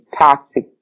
toxic